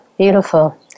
Beautiful